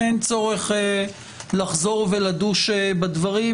אין צורך לחזור ולדוש בדברים,